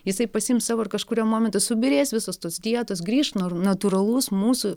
jisai pasiims savo ir kažkuriuo momentu subyrės visos tos dietos grįš nor natūralus mūsų